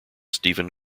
stephen